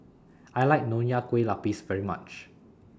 I like Nonya Kueh Lapis very much